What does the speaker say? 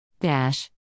Dash